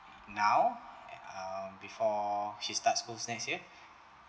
now uh uh before she starts school next year